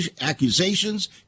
accusations